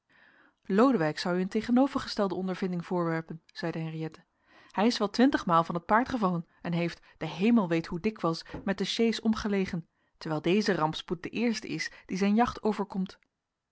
lodewijk zou u een tegenovergestelde ondervinding voorwerpen zeide henriëtte hij is wel twintigmaal van t paard gevallen en heeft de hemel weet hoe dikwijls met de sjees omgelegen terwijl deze rampspoed de eerste is die zijn jacht overkomt